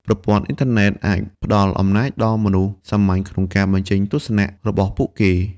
ប្រព័ន្ធអ៊ីនធឺណិតអាចផ្តល់អំណាចដល់មនុស្សសាមញ្ញក្នុងការបញ្ចេញទស្សនៈរបស់ពួកគេ។